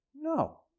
No